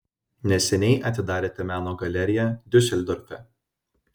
neseniai atidarėte meno galeriją diuseldorfe